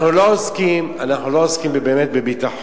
אתה מתכוון אנחנו לא עוסקים, באמת, בביטחון.